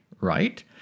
right